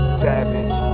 savage